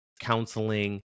counseling